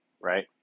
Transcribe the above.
Right